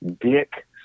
dick